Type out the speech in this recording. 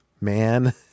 man